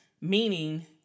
meaning